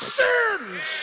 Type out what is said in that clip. sins